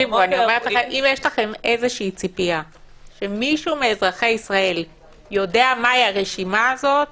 אם יש לכם ציפייה שמישהו מאזרחי ישראל יודע מהי הרשימה הזאת